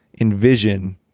envision